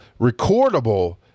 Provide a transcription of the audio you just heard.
recordable